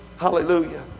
Hallelujah